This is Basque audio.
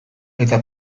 eta